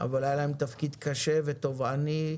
אבל היה להם תפקיד קשה ותובעני,